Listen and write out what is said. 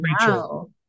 wow